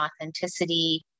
authenticity